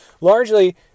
largely